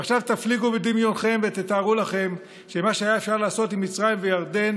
ועכשיו תפליגו בדמיונכם ותתארו לכם שמה שהיה אפשר לעשות עם מצרים וירדן